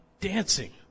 dancing